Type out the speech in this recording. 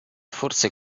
forse